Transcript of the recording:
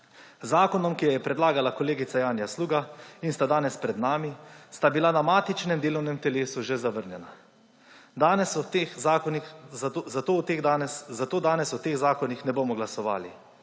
Zakona, ki ju je predlagala kolegica Janja Sluga in sta danes pred nami, sta bila na matičnem delovnem telesu že zavrnjena. Zato danes o teh zakonih ne bomo glasovali.